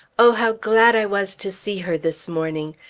o how glad i was to see her this morning!